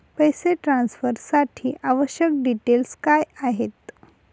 पैसे ट्रान्सफरसाठी आवश्यक डिटेल्स काय आहेत?